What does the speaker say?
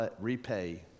repay